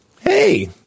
Hey